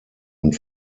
und